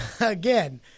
again